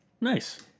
Nice